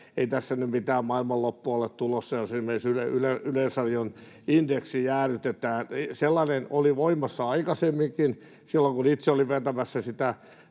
ei tässä nyt mitään maailmanloppua ole tulossa, jos Yleisradion indeksi jäädytetään. Sellainen oli voimassa aikaisemminkin, silloin, kun itse olin vetämässä sitä